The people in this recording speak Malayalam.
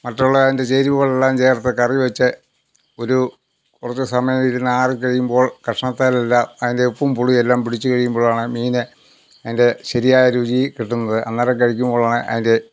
മറ്റുള്ള അതിൻ്റെ ചേരുവകൾ എല്ലാം ചേർത്ത് കറിവെച്ച് ഒരു കുറച്ച് സമയം ഇരുന്ന് ആറി കഴിയുമ്പോൾ കഷണത്തിൽ എല്ലാം അതിൻ്റെ ഉപ്പും പുളിയും എല്ലാം പിടിച്ചു കഴിയുമ്പോഴാണ് മീന് അതിൻ്റെ ശെരിയായ രുചി കിട്ടുന്നത് ആറി കഴിക്കുമ്പോഴാണ് അതിൻ്റെ